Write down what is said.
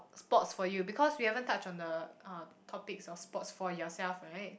sports for you because we haven't touch on the uh topics of sports for yourself right